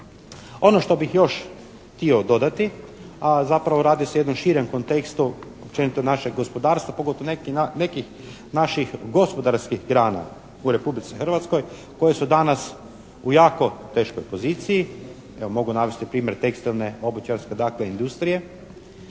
Ono što bih još htio dodati, a zapravo radi se o jednom širem kontekstu općenito našeg gospodarstva pogotovo nekih naših gospodarskih grana u Republici Hrvatskoj koje su danas u jako teškoj poziciji. Evo mogu navesti primjer tekstilne, obućarske dakle industrije.